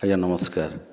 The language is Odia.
ଆଜ୍ଞା ନମସ୍କାର୍